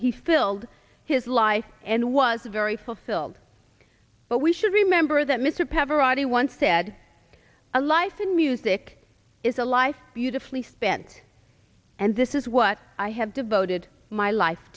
he filled his life and was very fulfilled but we should remember that mr pavarotti once said a life in music is a life beautifully spent and this is what i have devoted my life